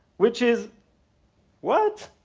which is what?